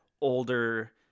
older